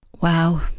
Wow